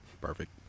Perfect